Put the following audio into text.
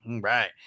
Right